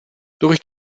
durch